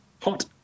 Hot